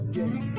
day